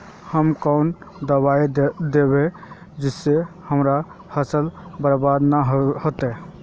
हम कौन दबाइ दैबे जिससे हमर फसल बर्बाद न होते?